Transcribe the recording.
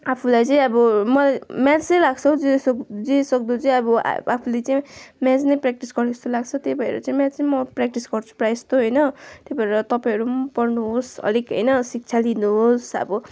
आफूलाई चाहिँ अब मलाई म्याथै लाग्छ हौ जति सक्दो चाहिँ अब आफूले चाहिँ म्याथ नै प्र्याक्टिस गरको जस्तो लाग्छ त्यही भएर चाहिँ म्याथै म प्र्याक्टिस गर्छु प्रायः जस्तो होइन त्यही भएर तपाईँहरू पनि पढ्नुहोस् अलिक होइन शिक्षा लिनुहोस् अब